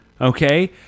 okay